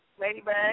Ladybug